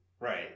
Right